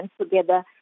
together